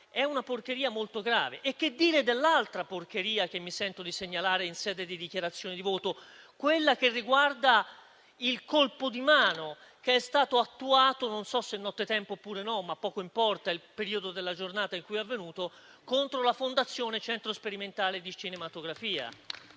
è una porcheria molto grave. Che dire dell'altra porcheria che mi sento di segnalare in sede di dichiarazione di voto? È quella che riguarda il colpo di mano che è stato attuato - non so se nottetempo oppure no, ma poco importa il periodo della giornata in cui è avvenuto - contro la fondazione Centro sperimentale di cinematografia